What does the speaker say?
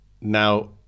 now